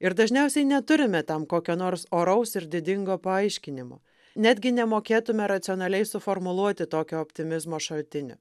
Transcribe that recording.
ir dažniausiai neturime tam kokio nors oraus ir didingo paaiškinimo netgi nemokėtume racionaliai suformuluoti tokio optimizmo šaltinio